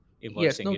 Yes